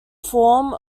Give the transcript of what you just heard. form